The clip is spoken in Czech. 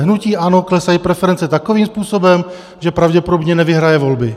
Hnutí ANO klesají preference takovým způsobem, že pravděpodobně nevyhraje volby.